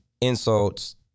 insults